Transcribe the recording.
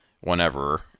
whenever